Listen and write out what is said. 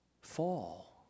fall